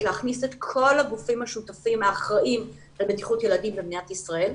להכניס את כל הגופים השותפים האחראיים בבטיחות ילדים במדינת ישראל,